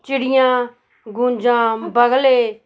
ਚਿੜੀਆਂ ਗੂੰਜਾਂ ਬਗਲੇ